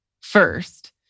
first